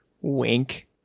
Wink